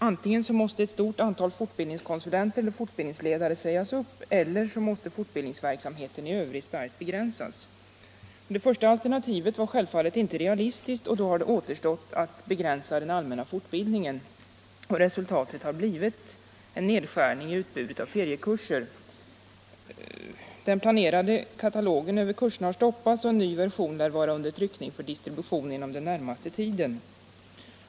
Antingen måste ett stort antal fortbildningskonsulenter eller fortbildningsledare sägas upp eller så måste fortbildningsverksamheten i övrigt starkt begränsas. Det första alternativet var självfallet inte realistiskt, och därför har det återstått att begränsa den allmänna fortbildningen. Resultatet har blivit en nedskärning i utbudet av feriekurser. Den planerade katalogen över kurser har stoppats. och en ny version lär vara under tryckning för distribution inom den närmaste tiden.